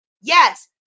Yes